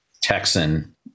Texan